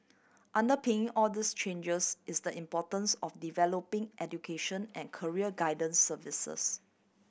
underping all these changes is the importance of developing education and career guidance services